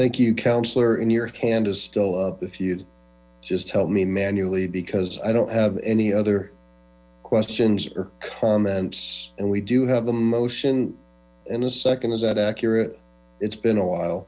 thank you counselor in your hand is still up the field just help me manually because i don't have any other questions or comments and we do have a motion and the second is that accurate it's been a while